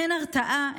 אין הרתעה,